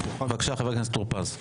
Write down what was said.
בבקשה, חבר הכנסת טור פז.